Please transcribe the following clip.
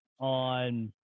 On